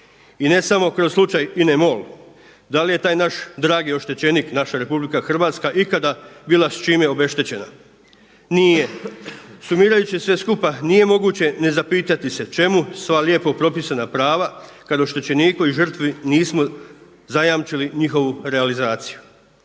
I ne samo kroz slučaj INA-e MOL da li je taj naš dragi oštećenik, naša Republika Hrvatska ikada bila s čime obeštećena? Nije. Sumirajući sve skupa nije moguće ne zapitati se čemu sva lijepo propisana prava kad oštećeniku i žrtvi nismo zajamčili njihovu realizaciju.